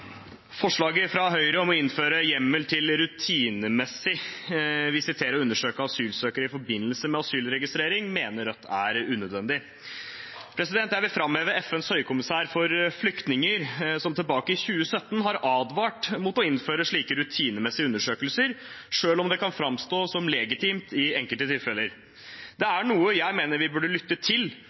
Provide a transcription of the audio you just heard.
Forslaget fra Høyre om å innføre hjemmel til rutinemessig å visitere og undersøke asylsøkere i forbindelse med asylregistrering mener Rødt er unødvendig. Jeg vil framheve FNs høykommissær for flyktninger, som tilbake i 2017 advarte mot å innføre slike rutinemessige undersøkelser, selv om det kan framstå som legitimt i enkelte tilfeller. Det er noe jeg mener vi burde lytte til.